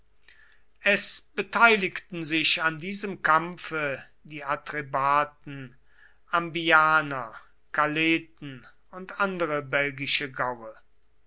es beteiligten sich an diesem kampfe die atrebaten ambianer caleten und andere belgische gaue